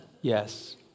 Yes